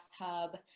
hub